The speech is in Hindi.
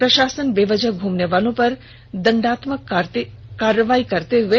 प्रशासन बेवजह घूमने वालों पर दंडात्मक कार्रवाई भी कर रहा है